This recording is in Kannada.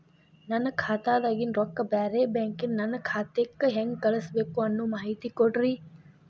ನನ್ನ ಖಾತಾದಾಗಿನ ರೊಕ್ಕ ಬ್ಯಾರೆ ಬ್ಯಾಂಕಿನ ನನ್ನ ಖಾತೆಕ್ಕ ಹೆಂಗ್ ಕಳಸಬೇಕು ಅನ್ನೋ ಮಾಹಿತಿ ಕೊಡ್ರಿ?